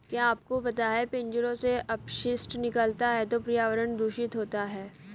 क्या आपको पता है पिंजरों से अपशिष्ट निकलता है तो पर्यावरण दूषित होता है?